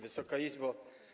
Wysoka Izbo!